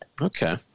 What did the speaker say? Okay